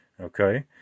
Okay